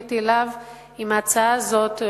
כשפניתי אליו עם ההצעה הזאת,